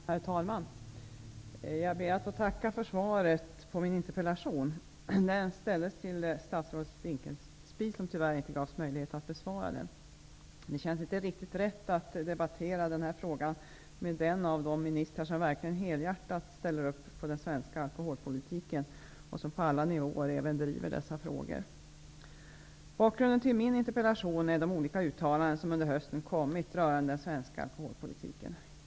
Herr talman! Jag ber att få tacka för svaret på min interpellation. Den ställdes till statsrådet Dinkelspiel, som tyvärr inte gavs möjlighet att besvara den. Det känns inte riktigt rätt att debattera denna fråga med den minister som verkligen helhjärtat ställer upp bakom den svenska alkoholpolitiken och som på alla nivåer även driver dessa frågor. Bakgrunden till min interpellation är de olika uttalanden som under hösten kommit rörande den svenska alkoholpolitiken.